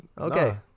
Okay